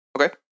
Okay